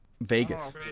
Vegas